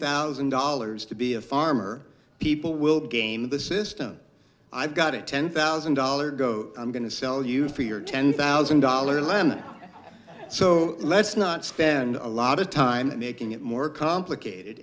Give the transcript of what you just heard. thousand dollars to be a farmer people will game the system i've got a ten thousand dollars go i'm going to sell you for your ten thousand dollars land so let's not spend a lot of time making it more complicated